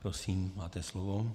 Prosím, máte slovo.